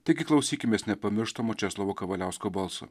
taigi klausykimės nepamirštamo česlovo kavaliausko balso